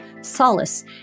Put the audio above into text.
solace